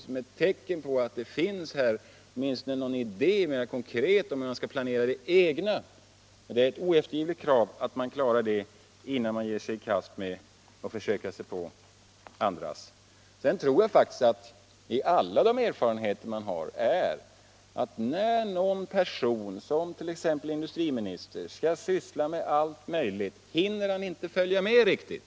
Som ett tecken på att det finns åtminstone någon mer konkret idé om den egna planeringen. Det är ett oeftergivligt krav att man klarar den innan man ger sig i kast med andras. Sedan tror jag faktiskt att när någon person som t.ex. industriministern skall syssla med allt möjligt hinner han inte följa med riktigt.